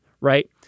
right